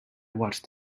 watched